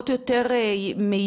על